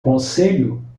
conselho